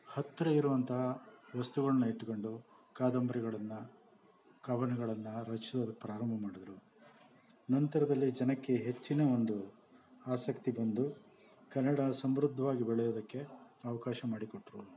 ಹತ್ರ ಇರುವಂಥ ವಸ್ತುಗಳನ್ನು ಇಟ್ಕೊಂಡು ಕಾದಂಬರಿಗಳನ್ನ ಕವನಗಳನ್ನು ರಚಿಸೋದಕ್ಕೆ ಪ್ರಾರಂಭ ಮಾಡಿದರು ನಂತರದಲ್ಲಿ ಜನಕ್ಕೆ ಹೆಚ್ಚಿನ ಒಂದು ಆಸಕ್ತಿ ಬಂದು ಕನ್ನಡ ಸಮೃದ್ಧವಾಗಿ ಬೆಳೆಯುವುದಕ್ಕೆ ಅವಕಾಶ ಮಾಡಿ ಕೊಟ್ಟರು